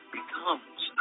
becomes